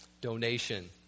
donation